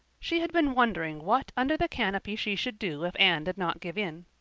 she had been wondering what under the canopy she should do if anne did not give in.